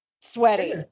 sweaty